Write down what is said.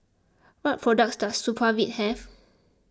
what products does Supravit have